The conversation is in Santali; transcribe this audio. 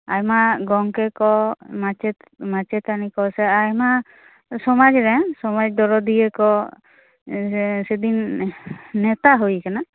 ᱟᱭᱢᱟ ᱜᱚᱝᱠᱮ ᱠᱚ ᱢᱟᱪᱮᱫ ᱢᱟᱪᱮᱛᱟ ᱱᱤ ᱠᱚ ᱥᱮ ᱟᱭᱢᱟ ᱥᱚᱢᱟᱡᱽ ᱨᱮᱱ ᱥᱚᱢᱟᱡᱽ ᱫᱚᱨᱚᱫᱤᱭᱟ ᱠᱚ ᱡᱮ ᱥᱮᱫᱤᱱ ᱱᱮᱶᱛᱟ ᱦᱩᱭ ᱟᱠᱟᱱᱟ